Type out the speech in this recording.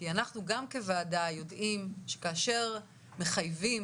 כי אנחנו כוועדה יודעים שכאשר מחייבים